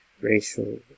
racial